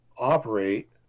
operate